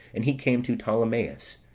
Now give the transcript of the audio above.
and he came to ptolemais,